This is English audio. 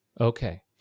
Okay